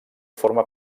forma